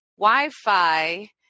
Wi-Fi